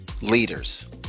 leaders